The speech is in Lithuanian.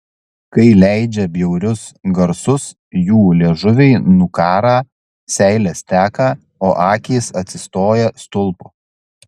kai leidžia bjaurius garsus jų liežuviai nukąrą seilės teka o akys atsistoja stulpu